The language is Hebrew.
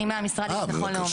אני מהמשרד לביטחון לאומי.